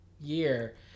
year